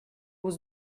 was